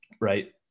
right